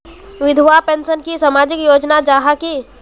विधवा पेंशन की सामाजिक योजना जाहा की?